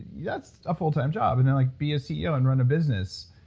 yeah that's a full-time job. and they're like be a ceo and run a business.